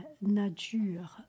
Nature